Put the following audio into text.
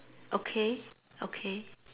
okay okay